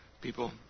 people